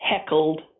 heckled